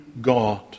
God